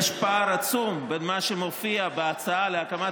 יש פער עצום בין מה שמופיע בהצעה להקמת